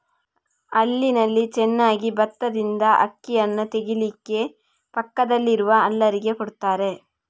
ಹಳ್ಳಿನಲ್ಲಿ ಹೆಚ್ಚಾಗಿ ಬತ್ತದಿಂದ ಅಕ್ಕಿಯನ್ನ ತೆಗೀಲಿಕ್ಕೆ ಪಕ್ಕದಲ್ಲಿ ಇರುವ ಹಲ್ಲರಿಗೆ ಕೊಡ್ತಾರೆ